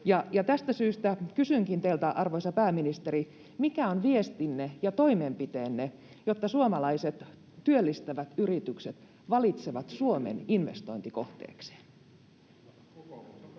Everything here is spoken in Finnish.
Tästä syystä kysynkin teiltä, arvoisa pääministeri: mikä on viestinne ja toimenpiteenne, jotta suomalaiset työllistävät yritykset valitsevat Suomen investointikohteekseen?